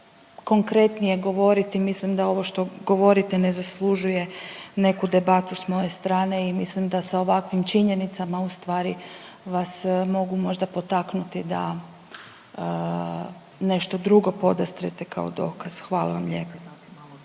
konkretnije govoriti. Mislim da ovo što govorite ne zaslužuje neku debatu s moje strane i mislim da sa ovakvim činjenicama u stvari vas mogu možda potaknuti da nešto drugo podastrete kao dokaz. Hvala vam lijepa.